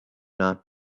not